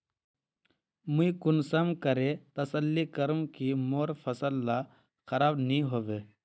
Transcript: मुई कुंसम करे तसल्ली करूम की मोर फसल ला खराब नी होबे?